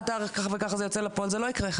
עד תאריך מסוים זה יוצא לפועל זה לא יקרה.